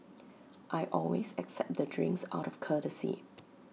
I always accept the drinks out of courtesy